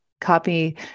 copy